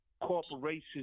corporations